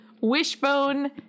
wishbone